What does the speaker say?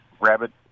rabbit